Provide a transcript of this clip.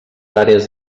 àrees